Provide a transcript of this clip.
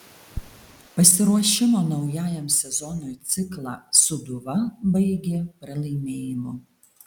pasiruošimo naujajam sezonui ciklą sūduva baigė pralaimėjimu